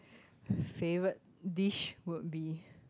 favourite dish would be